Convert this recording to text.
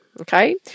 okay